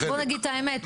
בוא נגיד את האמת,